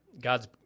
God's